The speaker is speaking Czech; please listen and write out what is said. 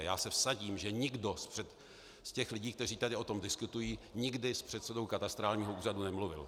Já se vsadím, že nikdo z těch lidí, kteří tady o tom diskutují, nikdy s předsedou katastrálního úřadu nemluvil.